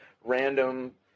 random